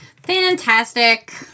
Fantastic